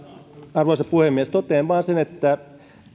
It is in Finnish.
arvoisa puhemies totean vain sen että